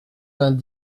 vingt